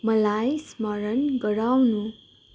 मलाई स्मरण गराउनु